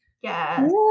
Yes